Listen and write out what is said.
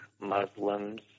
Muslims